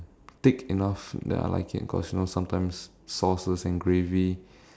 thick enough that I like it cause you know sometimes sauces and gravy